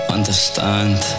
Understand